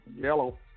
Yellow